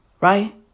right